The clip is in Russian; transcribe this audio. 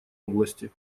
области